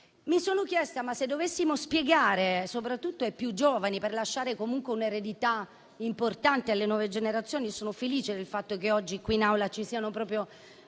nacque. Se dovessimo spiegare, soprattutto ai più giovani, per lasciare comunque un'eredità importante alle nuove generazioni - sono felice del fatto che oggi qui in Aula ci siano proprio